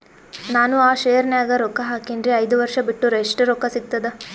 ನಾನು ಆ ಶೇರ ನ್ಯಾಗ ರೊಕ್ಕ ಹಾಕಿನ್ರಿ, ಐದ ವರ್ಷ ಬಿಟ್ಟು ಎಷ್ಟ ರೊಕ್ಕ ಸಿಗ್ತದ?